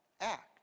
act